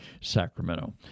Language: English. Sacramento